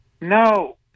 no